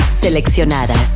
Seleccionadas